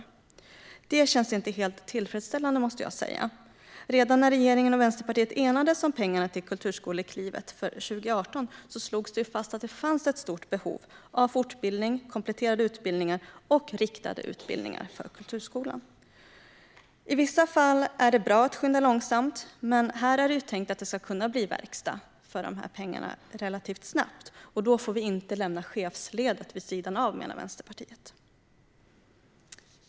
Det känns inte helt tillfredsställande, måste jag säga. Redan när regeringen och Vänsterpartiet enades om pengarna till Kulturskoleklivet för 2018 slogs det fast att det fanns ett stort behov av fortbildning, kompletterande utbildningar och riktade utbildningar för kulturskolan. I vissa fall är det bra att skynda långsamt. Men här är det tänkt att det ska kunna bli verkstad för pengarna relativt snabbt, och då får vi inte lämna chefsledet vid sidan av, menar Vänsterpartiet.